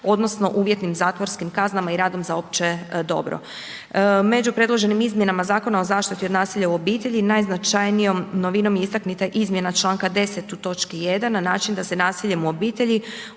odnosno uvjetnim zatvorskim kaznama i radom za opće dobro. Među predloženim izmjenama Zakona o zaštiti od nasilja u obitelji najznačajnijom novinom je istaknuta izmjena članka 10. u točki 1 na način da se nasiljem u obitelji